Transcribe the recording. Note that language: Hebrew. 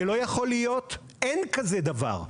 זה לא יכול להיות ואין כזה דבר.